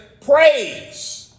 praise